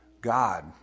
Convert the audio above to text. God